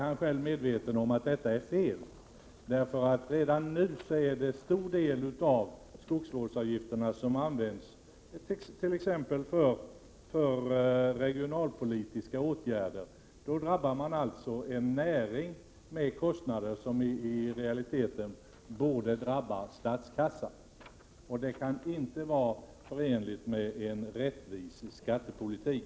Han måste vara medveten om att detta är felaktigt. Redan nu används en stor del av skogsvårdsavgifterna för t.ex. regionalpolitiska åtgärder. Kostnaderna för dessa åtgärder drabbar alltså en viss näring, medan de i stället borde drabba statskassan. Detta kan inte anses vara en rättvis skattepolitik.